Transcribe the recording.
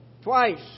Twice